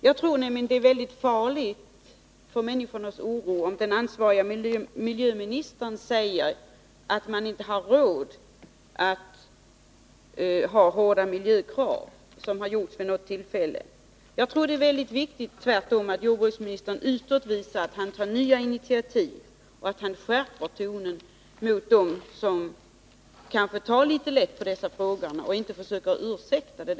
Jag tror nämligen att det är farligt för människornas oro om den ansvarige miljöministern säger — som han vid något tillfälle gjort — att man inte har råd att ställa hårda miljökrav. Jag tror tvärtom att det är mycket viktigt att jordbruksministern utåt visar att han tar nya initiativ och att han skärper tonen mot dem som kanske tar litet lätt på dessa frågor — och inte försöker vara ursäktande.